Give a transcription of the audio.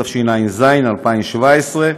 התשע"ז 2017,